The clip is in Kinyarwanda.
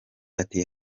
ati